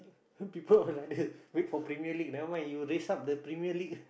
people all like that wait for Premier-League never mind you raise up the Premier-League